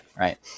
right